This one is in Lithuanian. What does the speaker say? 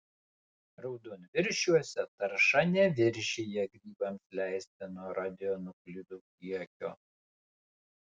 raudonviršiuose tarša neviršija grybams leistino radionuklidų kiekio